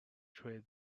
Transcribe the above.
trade